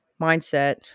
mindset